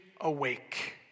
awake